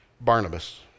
Barnabas